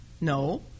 No